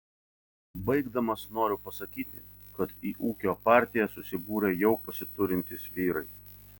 baigdamas noriu pasakyti kad į ūkio partiją susibūrė jau pasiturintys vyrai